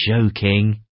joking